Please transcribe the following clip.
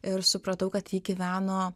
ir supratau kad ji gyveno